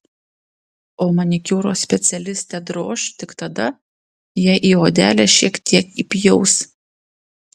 o manikiūro specialistę droš tik tada jei į odelę šiek tiek įpjaus